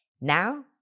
Now